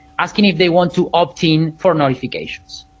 asking if they want to opt in for notifications.